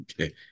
Okay